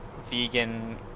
vegan